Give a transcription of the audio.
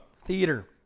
Theater